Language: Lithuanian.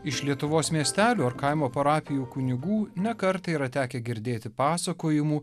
iš lietuvos miestelių ar kaimo parapijų kunigų ne kartą yra tekę girdėti pasakojimų